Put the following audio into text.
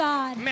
God